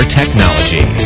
technology